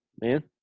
man